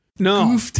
No